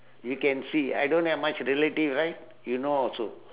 you can see I don't have much relative right you know also